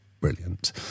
brilliant